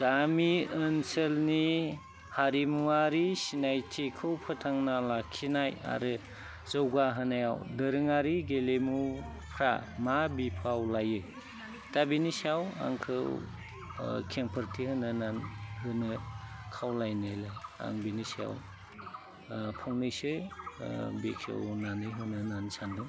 गामि ओनसोलनि हारिमुआरि सिनायथिखौ फोथांना लाखिनाय आरो जौगाहोनायाव दोरोङारि गेलेमुफ्रा मा बिफाव लायो दा बिनि सायाव आंखौ खेंफोरथि होनो खावलायनायलाय आं बिनि सायाव फंनैसो बेखेवनानै होनो होननानै सान्दों